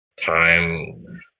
time